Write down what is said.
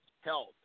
health